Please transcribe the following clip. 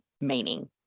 meaning